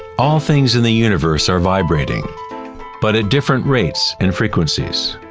all things in the universe are vibrating but at different rates and frequencies.